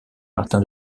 martin